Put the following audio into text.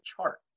chart